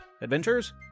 adventures